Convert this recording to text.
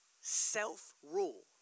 self-rule